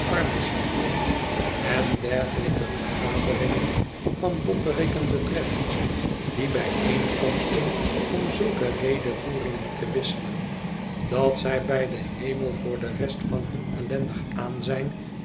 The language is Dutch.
armbesturen en dergelijke vergaderingen van botterikken betreft die bijeenkomen om zulke redevoeringen te wisselen dat zij bij den hemel voor de rest van hun ellendig aanzijn